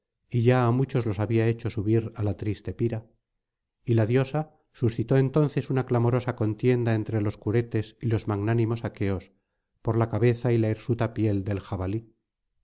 y ya á muchos los había hecho subir á la triste pira y la diosa suscitó entonces una clamorosa contienda entre los curetes y los magnánimos aqueos por la cabeza y la hirsuta piel del jabalí